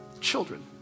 children